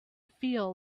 feel